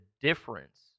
difference